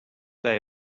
they